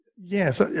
Yes